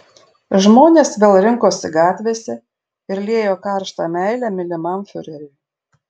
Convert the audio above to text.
žmonės vėl rinkosi gatvėse ir liejo karštą meilę mylimam fiureriui